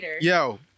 Yo